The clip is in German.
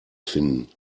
finden